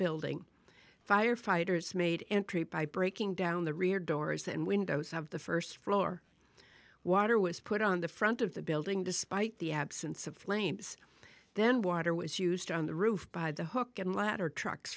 building firefighters made entry by breaking down the rear doors and windows of the first floor water was put on the front of the building despite the absence of flames then water was used on the roof by the hook and ladder trucks